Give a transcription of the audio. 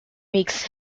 makes